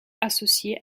associé